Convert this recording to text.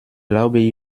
glaube